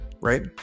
right